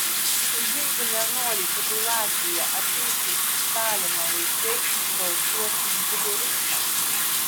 jeigu nenori kad į latviją ateitų stalino laikai balsuok už zigeristą